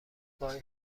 وای